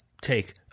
take